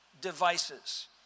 devices